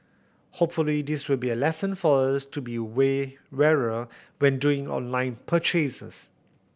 hopefully this will be a lesson for us to be way warier when doing online purchases